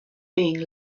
being